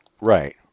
Right